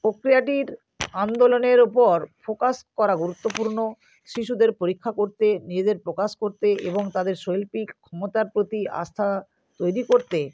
প্রক্রিয়াটির আন্দোলনের উপর ফোকাস করা গুরুত্বপূর্ণ শিশুদের পরীক্ষা করতে নিজেদের প্রকাশ করতে এবং তাদের শৈল্পিক ক্ষমতার প্রতি আস্থা তৈরি করতে